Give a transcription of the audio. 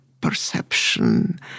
perception